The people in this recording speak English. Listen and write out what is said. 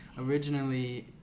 originally